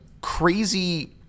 crazy –